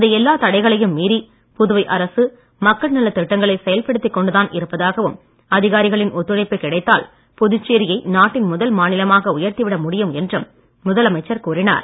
இந்த எல்லா தடைகளையும் மீறி புதுவை அரசு மக்கள் நலத் திட்டங்களை செயல்படுத்திக் கொண்டு தான் இருப்பதாகவும் அதிகாரிகளின் ஒத்துழைப்பு கிடைத்தால் புதுச்சேரியை நாட்டின் முதல் மாநிலமாக உயர்த்தி விட முடியும் என்றும் முதலமைச்சர் கூறினார்